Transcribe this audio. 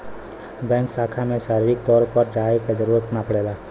bank शाखा में शारीरिक तौर पर जाये क जरुरत ना पड़ेला